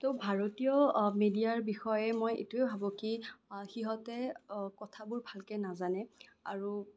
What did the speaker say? ত' ভাৰতীয় মিডিয়াৰ বিষয় মই এইটোৱে ভাবোঁ কি সিহঁতে কথাবোৰ ভালকে নাজানে আৰু